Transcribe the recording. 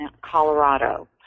Colorado